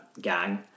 gang